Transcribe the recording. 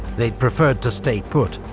they'd preferred to stay put,